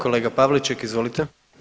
Kolega Pavliček, izvolite.